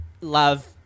love